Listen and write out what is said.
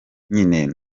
nyine